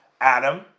Adam